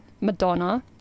Madonna